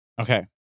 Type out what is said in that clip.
Okay